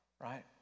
right